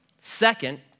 Second